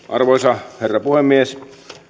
arvoisa herra puhemies